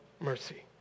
mercy